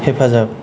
हेफाजाब